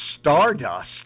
Stardust